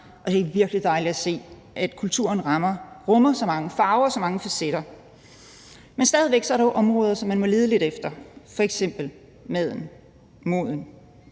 virkelig dejligt at se, at kulturen rummer så mange farver og så mange facetter. Men stadig væk er der jo områder, som man må lede lidt efter, f.eks. maden, moden,